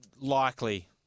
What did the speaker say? likely